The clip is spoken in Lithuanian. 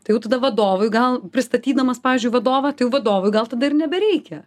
tai jau tada vadovui gal pristatydamas pavyzdžiui vadovą tai jau vadovui gal tada ir nebereikia